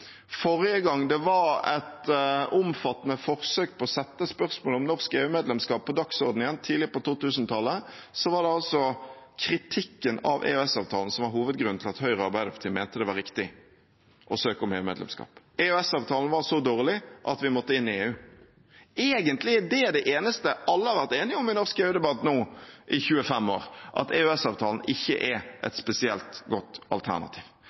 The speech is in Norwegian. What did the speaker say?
Forrige gang det var et omfattende forsøk på å sette spørsmålet om norsk EU-medlemskap på dagsordenen igjen, tidlig på 2000-tallet, var det altså kritikken av EØS-avtalen som var hovedgrunnen til at Høyre og Arbeiderpartiet mente det var riktig å søke om EU-medlemskap. EØS-avtalen var så dårlig at vi måtte inn i EU. Egentlig er det det eneste alle har vært enige om i norsk EU-debatt nå i 25 år, at EØS-avtalen ikke er et spesielt godt alternativ.